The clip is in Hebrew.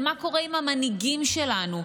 זה מה שקורה עם המנהיגים שלנו,